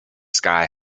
sky